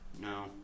No